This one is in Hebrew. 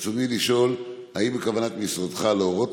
רצוני לשאול: האם בכוונת משרדך להורות